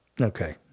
Okay